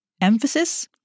emphasis